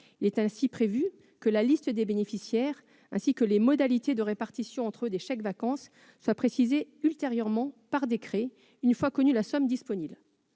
Il est ainsi prévu que la liste des bénéficiaires et les modalités de répartition entre eux des chèques-vacances soient précisées ultérieurement par décret, une fois connue la somme disponible.